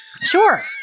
Sure